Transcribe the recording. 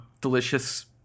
delicious